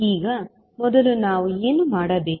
ಈಗ ಮೊದಲು ನಾವು ಏನು ಮಾಡಬೇಕು